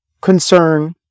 concern